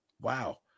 Wow